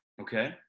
Okay